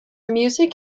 music